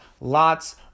lots